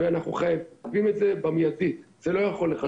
ואנחנו חייבים את זה במיידי, זה לא יכול לחכות.